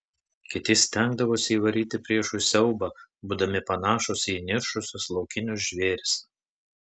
kiti stengdavosi įvaryti priešui siaubą būdami panašūs į įniršusius laukinius žvėris